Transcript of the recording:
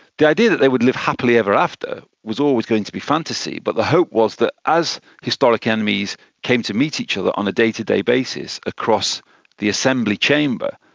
the idea that they would live happily ever after was always going to be fantasy, but the hope was that as historic enemies came to meet each other on a day-to-day basis across the assembly chamber,